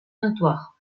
notoire